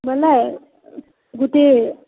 ବୋଇଲେ ଗୁଟେ